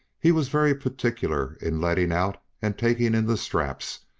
he was very particular in letting out and taking in the straps,